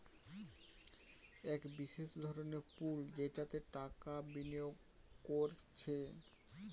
এক বিশেষ ধরনের পুল যেটাতে টাকা বিনিয়োগ কোরছে